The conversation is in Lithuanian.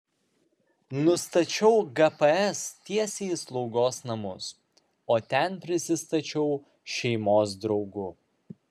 nustačiau gps tiesiai į slaugos namus o ten prisistačiau šeimos draugu